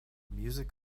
music